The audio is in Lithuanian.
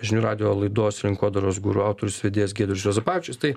žinių radijo laidos rinkodaros guru autorius vedėjas giedrius juozapavičius tai